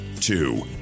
Two